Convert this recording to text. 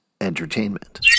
entertainment